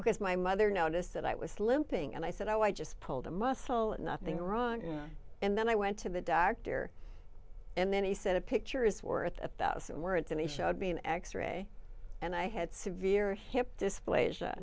because my mother noticed that i was limping and i said i just pulled a muscle nothing wrong and then i went to the doctor and then he said a picture is worth a one thousand words and he showed me an x ray and i had severe hip dysplasia